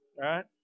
right